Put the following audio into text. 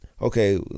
okay